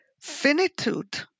finitude